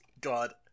God